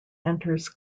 enters